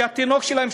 שהתינוק שלהם,